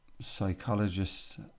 psychologists